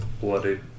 bloody